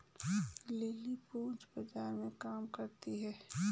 lily पूंजी बाजार में काम करती है